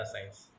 science